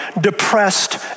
depressed